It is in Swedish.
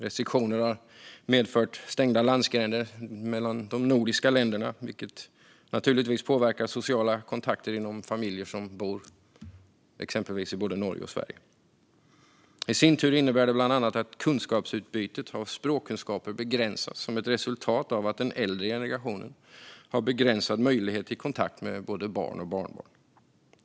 Restriktioner har medfört stängda gränser mellan de nordiska länderna, vilket naturligtvis påverkar sociala kontakter inom familjer som bor i exempelvis både Sverige och Norge. I sin tur innebär det bland annat att kunskapsutbytet av språkkunskaper begränsas som ett resultat av att den äldre generationen har begränsad möjlighet till kontakt med barn och barnbarn.